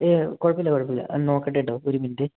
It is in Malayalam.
ഏയ് കുഴപ്പമില്ല കുഴപ്പമില്ല നോക്കട്ടേ കേട്ടോ ഒരു മിനിറ്റ്